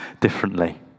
differently